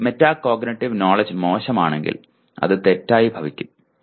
അവന്റെ metacognitive knowledge മോശമാണെങ്കിൽ അത് തെറ്റായി ഭവിക്കും